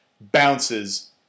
Bounces